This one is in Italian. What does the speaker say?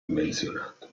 menzionato